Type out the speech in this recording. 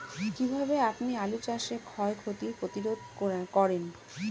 কীভাবে আপনি আলু চাষের ক্ষয় ক্ষতি প্রতিরোধ করেন?